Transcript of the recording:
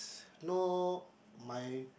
know my